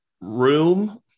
room